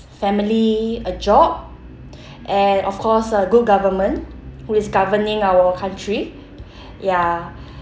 family a job and of course a good government who is governing our country ya